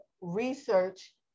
research